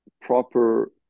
proper